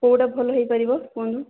କେଉଁଟା ଭଲ ହୋଇପାରିବ କୁହନ୍ତୁ